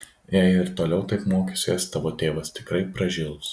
jei ir toliau taip mokysies tavo tėvas tikrai pražils